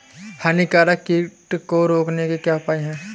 हानिकारक कीट को रोकने के क्या उपाय हैं?